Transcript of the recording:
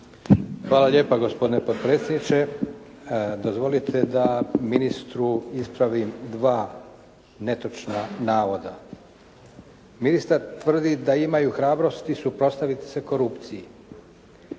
Hvala lijepo gospodine potpredsjedniče. Dozvolite da ministru ispravim dva netočna navoda. Ministar tvrdi da imaju hrabrosti suprotstaviti se korupciji.